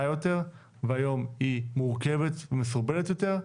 יותר והיום היא מורכבת ומסורבלת יותר.